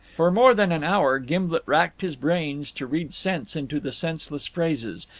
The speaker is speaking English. for more than an hour gimblet racked his brains to read sense into the senseless phrases,